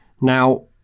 Now